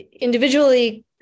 individually